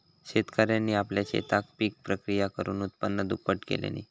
शेतकऱ्यांनी आपल्या शेतात पिक प्रक्रिया करुन उत्पन्न दुप्पट केल्यांनी